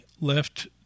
left